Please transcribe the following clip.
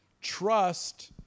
Trust